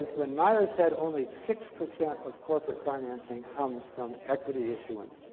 when myers said only six percent of corporate financing comes from equity issuance,